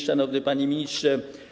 Szanowny Panie Ministrze!